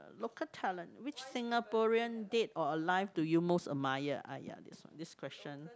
local talent which Singaporean dead or alive do you most admire !aiya! this this question